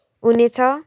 हुनेछ